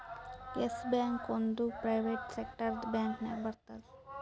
S Bank ಒಂದ್ private ಸೆಕ್ಟರ್ದು bank ನಾಗ್ ಬರ್ತುದ್